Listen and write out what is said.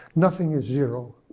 nothing is zero.